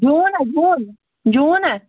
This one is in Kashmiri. جوٗنا جوٗن جوٗنا